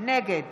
נגד